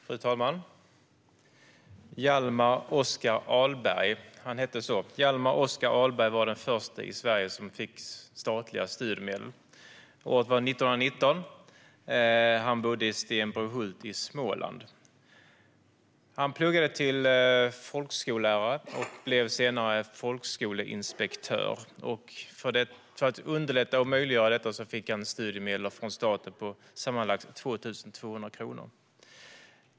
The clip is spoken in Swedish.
Fru talman! Hjalmar Oskar Ahlberg, han hette så - han som var den allra första i Sverige som fick statliga studiemedel. Året var 1919. Han bodde i Stenbrohult i Småland. Han pluggade till folkskollärare och blev senare folkskoleinspektör. För att underlätta och möjliggöra detta fick han studiemedel från staten på sammanlagt 2 200 kronor.